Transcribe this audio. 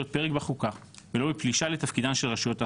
פרק בחוקה ולא בפלישה לתפקידן של רשויות אחרות.